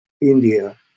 India